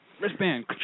Wristband